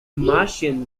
martian